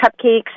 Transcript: Cupcakes